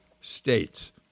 states